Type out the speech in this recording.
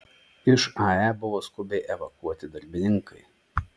iš ae buvo skubiai evakuoti darbininkai